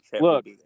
look